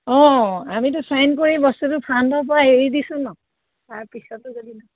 অঁ আমিতো চাইন কৰি বস্তুটো ফাণ্ডৰ পৰা এৰি দিছোঁ ন তাৰপিছতো যদি